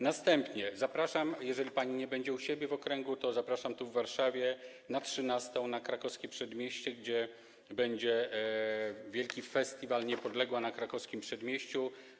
Następnie zapraszam, jeżeli pani nie będzie u siebie w okręgu, a w Warszawie, na godz. 13 na Krakowskie Przedmieście, gdzie będzie wielki festiwal Niepodległa na Krakowskim Przedmieściu.